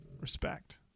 Respect